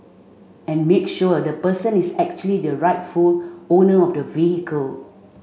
and make sure the person is actually the rightful owner of the vehicle